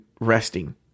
resting